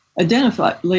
identified